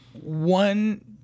one